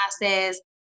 classes